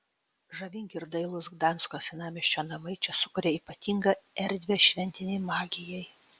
žavingi ir dailūs gdansko senamiesčio namai čia sukuria ypatingą erdvę šventinei magijai